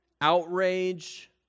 outrage